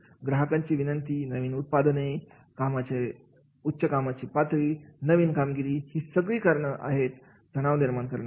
ग्राहकांची विनंती नवीन उत्पादने उच्च कामाचे पातळी नवीन कामगिरी ही सगळी कारणं आहेत तणाव निर्माण करण्यासाठी